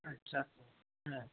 আচ্ছা হ্যাঁ